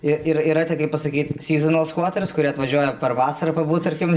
į ir yra ta kaip pasakyt syzonalskvaters kurie atvažiuoja per vasarą pabūt tarkim